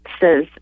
says